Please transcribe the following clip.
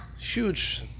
huge